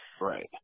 Right